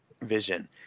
vision